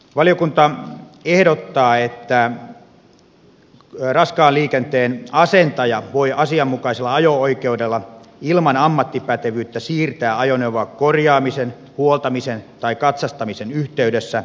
valiokunta ehdottaa että raskaan liikenteen asentaja voi asianmukaisella ajo oikeudella ilman ammattipätevyyttä siirtää ajoneuvoa korjaamisen huoltamisen tai katsastamisen yhteydessä